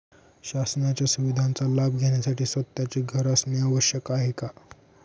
शासनाच्या सुविधांचा लाभ घेण्यासाठी स्वतःचे घर असणे आवश्यक आहे का?